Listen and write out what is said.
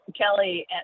Kelly